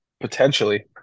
potentially